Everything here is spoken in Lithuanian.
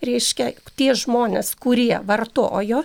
reiškia tie žmonės kurie vartojo